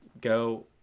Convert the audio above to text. go